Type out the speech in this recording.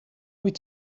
wyt